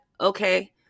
okay